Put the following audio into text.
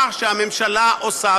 מה שהממשלה עושה,